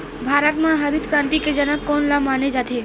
भारत मा हरित क्रांति के जनक कोन ला माने जाथे?